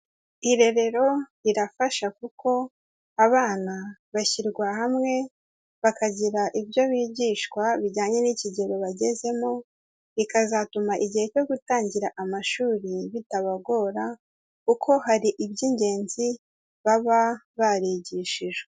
Irerero rirafasha kuko abana bashyirwa hamwe bakagira ibyo bigishwa bijyanye n'ikigero bagezemo, bikazatuma igihe cyo gutangira amashuri bitabagora kuko hari iby'ingenzi baba barigishijwe.